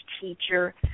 teacher